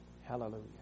Hallelujah